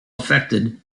affected